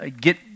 get